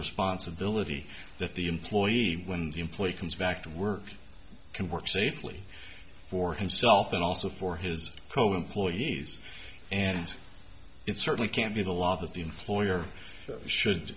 responsibility that the employee when the employee comes back to work can work safely for himself and also for his co employees and it certainly can't be the law that the employer should